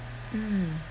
mm